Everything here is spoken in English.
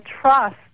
trust